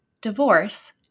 Divorce